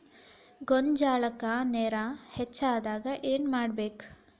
ಗೊಂಜಾಳಕ್ಕ ನೇರ ಹೆಚ್ಚಾದಾಗ ಏನ್ ಮಾಡಬೇಕ್?